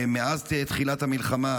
מאז תחילת המלחמה,